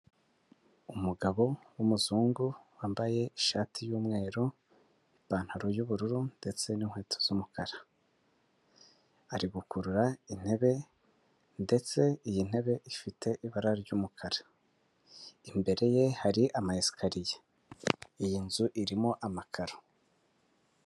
Umugabo w'umuzungu wambaye ishati y'umweru, ipantaro y'ubururu ndetse n'inkweto z'umukara, ari gukurura intebe ndetse iyi ntebe ifite ibara ry'umukara, imbere ye hari ama esikariye, iyi nzu irimo amakaro.